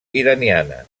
iraniana